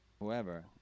Whoever